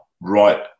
right